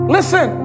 Listen